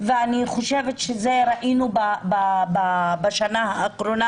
ואני חושבת שאת זה ראינו בשנה האחרונה,